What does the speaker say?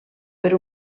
per